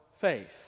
faith